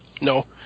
No